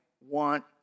want